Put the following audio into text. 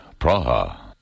Praha